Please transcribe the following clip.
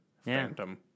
phantom